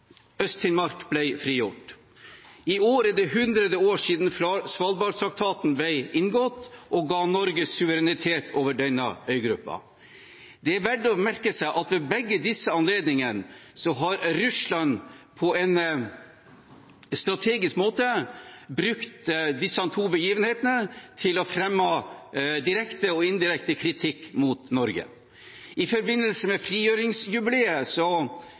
frigjort. I år er det 100 år siden Svalbardtraktaten ble inngått, som ga Norge suverenitet over denne øygruppa. Det er verdt å merke seg at ved begge disse anledningene har Russland på en strategisk måte brukt disse to begivenhetene til å fremme direkte og indirekte kritikk mot Norge. I forbindelse med frigjøringsjubileet